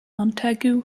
montagu